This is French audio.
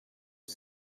aux